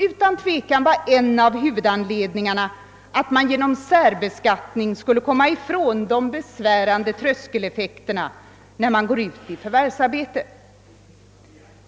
Utan tvekan var en av huvudanledningarna att man genom särbeskattning skulle komma ifrån de besvärande tröskeleffekterna när man går ut i förvärvsarbetet.